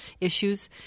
issues